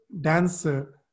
dancer